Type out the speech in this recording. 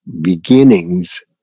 beginnings